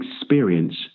experience